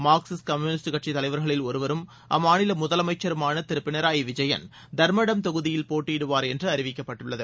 Marxist communist கட்சி தலைவர்களில் ஒருவரும் அம்மாநில முதலமைச்சருமான திரு பினராய் விஜயன் தர்மடம் தொகுதியில் போட்டியிடுவார் என்று அறிவிக்கப்பட்டுள்ளது